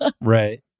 right